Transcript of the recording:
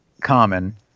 common